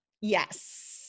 Yes